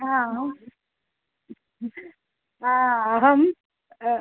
अहं अहं